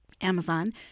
Amazon